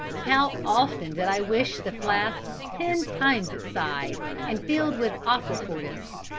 how often did i wish the flask ten times its size and filled with aquafortis!